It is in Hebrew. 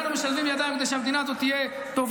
מקווה, מקווה שתעשו תשובה